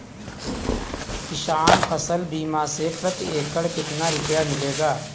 किसान फसल बीमा से प्रति एकड़ कितना रुपया मिलेगा?